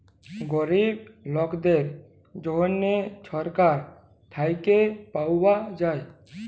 গরিব লকদের জ্যনহে ছরকার থ্যাইকে পাউয়া যায়